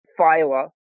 phyla